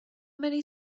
many